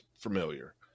familiar